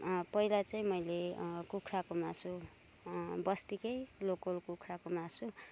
पहिला चाहिँ मैले कुखुराको मासु बस्तीकै लोकल कुखुराको मासु